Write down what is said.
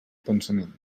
pensament